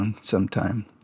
sometime